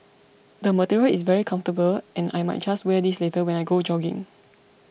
the material is very comfortable and I might just wear this later when I go jogging